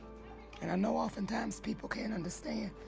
and i know oftentimes people can't understand